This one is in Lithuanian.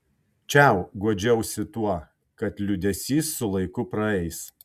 čiau guodžiausi tuo kad liūdesys su laiku praeis